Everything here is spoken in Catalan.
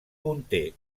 conté